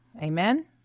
Amen